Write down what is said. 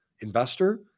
investor